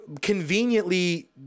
conveniently